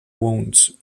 wounds